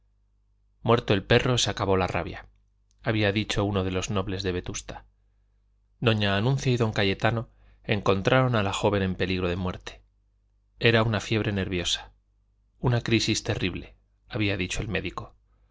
muerto el perro se acabó la rabia había dicho uno de los nobles de vetusta doña anuncia y don cayetano encontraron a la joven en peligro de muerte era una fiebre nerviosa una crisis terrible había dicho el médico